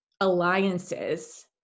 alliances